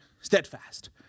steadfast